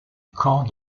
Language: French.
camp